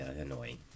annoying